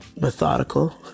methodical